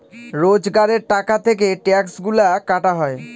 রোজগারের টাকা থেকে ট্যাক্সগুলা কাটা হয়